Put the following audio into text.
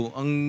ang